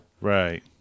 Right